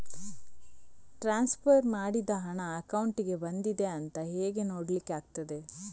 Transfer ಮಾಡಿದ ಹಣ ಅಕೌಂಟಿಗೆ ಬಂದಿದೆ ಅಂತ ಹೇಗೆ ನೋಡ್ಲಿಕ್ಕೆ ಆಗ್ತದೆ?